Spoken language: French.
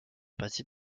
partie